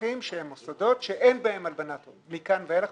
לגמ"חים שהם מוסדות שאין בהם הלבנת הון מכאן ואילך,